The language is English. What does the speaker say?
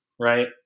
right